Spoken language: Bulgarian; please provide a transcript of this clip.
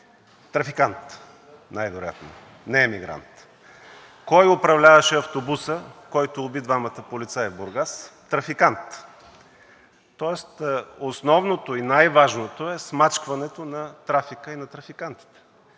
Трафикант най-вероятно – не мигрант. Кой управляваше автобуса, който уби двамата полицаи в Бургас? Трафикант. Тоест основното и най-важното е смачкването на трафика и на трафикантите,